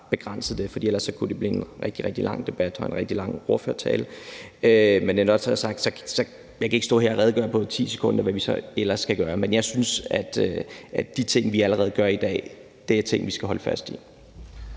begrænset det, for ellers kunne det blive en rigtig, rigtig lang debat og en rigtig lang ordførertale. Men når det så er sagt, kan jeg ikke på ti sekunder stå her og redegøre for, hvad vi så ellers skal gøre. Jeg synes, at de ting, vi allerede gør i dag, er ting, vi skal holde fast i.